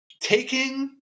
taking